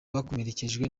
bakomerekejwe